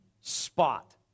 spot